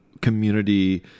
community